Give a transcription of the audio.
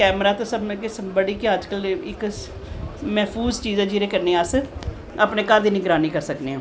ते कैमरा ते बड़ी गै अज्ज कल इक मैफूज़ चीज़ ऐ जेह्दे कन्नै अस अपनें घर दी निगरानी करी सकने आं